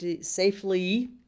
safely